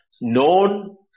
known